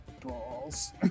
Balls